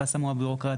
החסם הוא הבירוקרטיה.